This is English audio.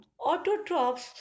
autotrophs